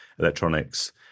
electronics